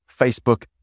Facebook